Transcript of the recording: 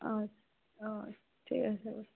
অঁ অঁ ঠিক আছে